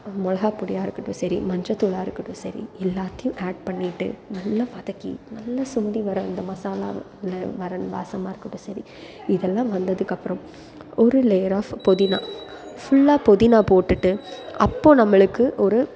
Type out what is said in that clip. மிளகா பொடியாக இருக்கட்டும் சரி மஞ்சள் தூளாக இருக்கட்டும் சரி எல்லாத்தையும் ஆட் பண்ணிட்டு நல்லா வதக்கி நல்லா சுண்டி வர அந்த மசாலாவும் வர வாசமாக இருக்கட்டும் சரி இதெல்லாம் வந்ததுக்கப்புறம் ஒரு லேயர் ஆஃப் புதினா ஃபுல்லாக புதினா போட்டுட்டு அப்போ நம்மளுக்கு ஒரு